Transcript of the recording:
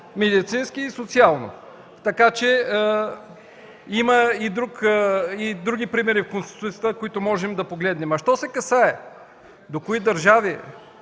медицински и социално. Има и други примери в Конституцията, които можем да погледнем. Що се касае до това кои държави